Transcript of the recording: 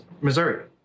Missouri